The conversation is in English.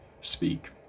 speak